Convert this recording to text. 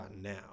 now